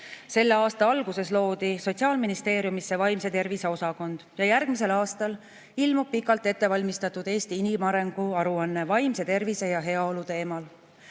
Selle aasta alguses loodi Sotsiaalministeeriumisse vaimse tervise osakond ja järgmisel aastal ilmub pikalt ette valmistatud Eesti inimarengu aruanne vaimse tervise ja heaolu teemal.